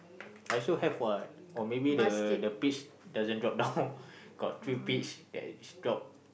I so have [what] or maybe the the peach doesn't drop down got three peach that is drop